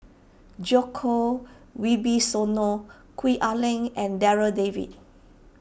Djoko Wibisono Gwee Ah Leng and Darryl David